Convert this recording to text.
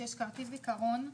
שיש כרטיס זיכרון.